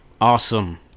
awesome